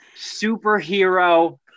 superhero